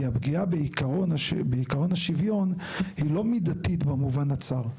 כי הפגיעה בעיקרון השוויון היא לא מידתית במובן הצר,